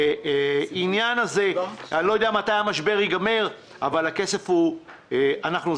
אני לא יודע מתי המשבר ייגמר אבל הכסף נזקק.